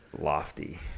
lofty